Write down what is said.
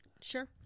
Sure